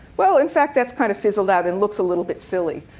well, in fact, that's kind of fizzled out and looks a little bit silly.